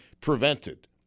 prevented